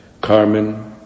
Carmen